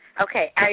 Okay